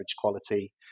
quality